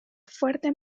fuertes